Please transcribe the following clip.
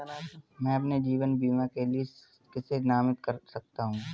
मैं अपने जीवन बीमा के लिए किसे नामित कर सकता हूं?